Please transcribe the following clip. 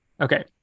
Okay